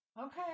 Okay